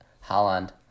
Holland